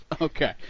Okay